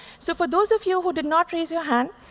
so for those of you who did not raise your hand,